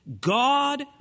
God